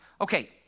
Okay